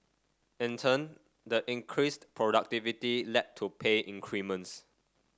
in turn the increased productivity led to pay increments